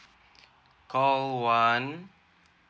call one